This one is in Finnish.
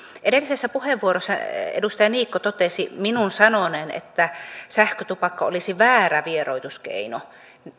edellisessä puheenvuorossa edustaja niikko totesi minun sanoneen että sähkötupakka olisi väärä vieroituskeino